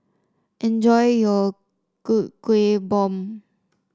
enjoy your Kuih Bom